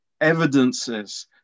evidences